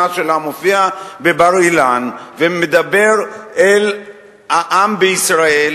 שלה מופיע בבר-אילן ומדבר אל העם בישראל,